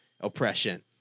oppression